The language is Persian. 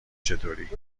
چطوری